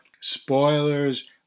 spoilers